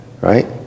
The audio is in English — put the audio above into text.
right